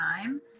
time